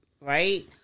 right